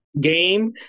game